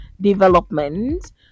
development